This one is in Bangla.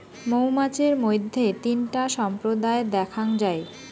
মৌমাছির মইধ্যে তিনটা সম্প্রদায় দ্যাখাঙ যাই